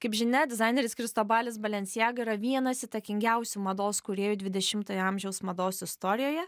kaip žinia dizaineris kristobalis balenciaga yra vienas įtakingiausių mados kūrėjų dvidešimtojo amžiaus mados istorijoje